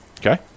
Okay